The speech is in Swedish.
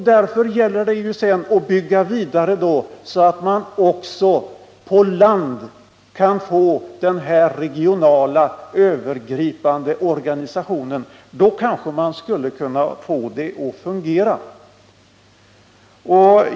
Därför gäller det att bygga vidare, så att man också på land kan få den här regionala övergripande organisationen. Då kanske man skulle kunna få det att fungera.